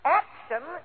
action